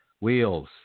wheels